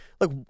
Look